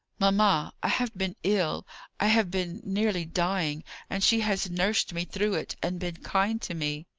mamma, i have been ill i have been nearly dying and she has nursed me through it, and been kind to me.